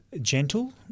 gentle